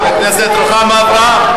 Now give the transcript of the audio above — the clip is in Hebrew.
לא רצית להתפטר לפני שבועיים.